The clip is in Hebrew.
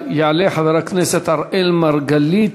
יעלה חבר הכנסת אראל מרגלית,